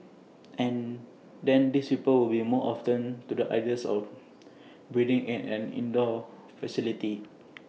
and then these people will be more open to the ideas of breeding in an indoor facility